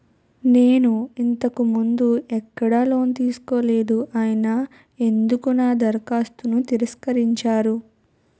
నేను ఇంతకు ముందు ఎక్కడ లోన్ తీసుకోలేదు అయినా ఎందుకు నా దరఖాస్తును తిరస్కరించారు?